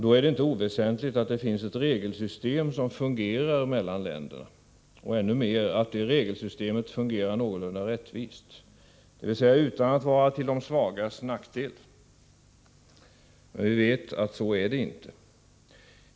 Då är det inte oväsentligt att det finns ett regelsystem som fungerar mellan länderna, och ännu mer väsentligt är att det regelsystemet fungerar någorlunda rättvist, dvs. utan att vara till de svagas nackdel. Vi vet ju att det inte är så.